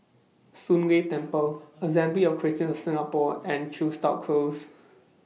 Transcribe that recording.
Soon Leng Temple Assembly of Christians of Singapore and Chepstow Close